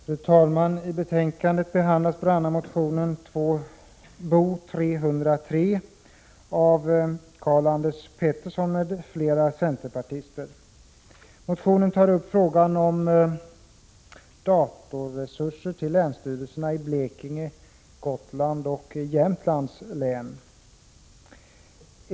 Fru talman! I betänkandet behandlas bl.a. motion Bo303 av bl.a. Karl-Anders Petersson m.fl. centerpartister. Motionen tar upp frågan om datorresurser till länsstyrelserna i Blekinge län, Gotlands län och Jämtlands län.